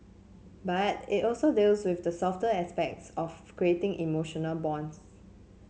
but it also deals with the softer aspects of creating emotional bonds